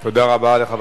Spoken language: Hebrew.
למה